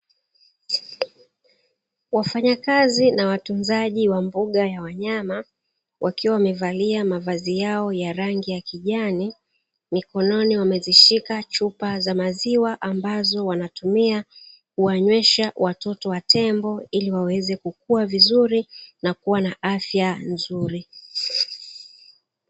Wafanyakazi na watunzaji wa mbuga ya wanyama, wakiwa wamevalia mavazi yao ya rangi ya kijani, mikononi wamezishika chupa za maziwa ambazo wanatumia kuwanywesha watoto wa tembo, ili waweze kukua vizuri na kuwa na afya nzuri.